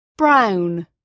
Brown